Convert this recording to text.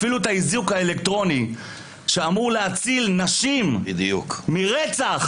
אפילו את האיזוק האלקטרוני שאמור להציל נשים מרצח,